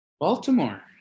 Baltimore